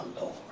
Lord